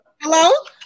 hello